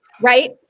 Right